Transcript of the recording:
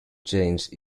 change